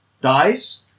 dies